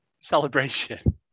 celebration